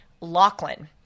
Lachlan